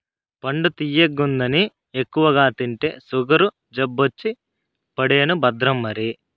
పండు తియ్యగుందని ఎక్కువగా తింటే సుగరు జబ్బొచ్చి పడేను భద్రం మరి